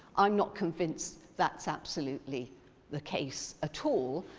i'm not convinced that's absolutely the case at all.